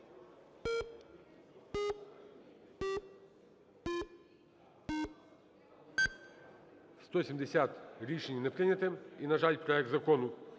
За-170 Рішення не прийнято. І, на жаль, проект Закону